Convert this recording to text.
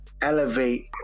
elevate